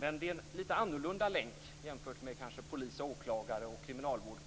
Men det är en lite annorlunda länk jämfört med polis, åklagare och kriminalvård.